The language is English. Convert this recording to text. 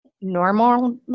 normal